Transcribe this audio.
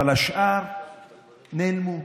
אבל השאר נעלמו.